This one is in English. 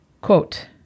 Quote